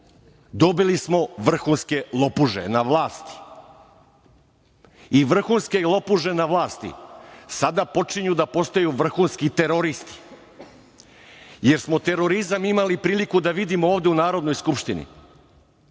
Dobili smo vrhunske lopuže na vlasti i vrhunske lopuže na vlasti sada počinju da postaju vrhunski teroristi, jer smo terorizam imali priliku da vidimo ovde u Narodnoj skupštini.